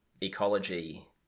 ecology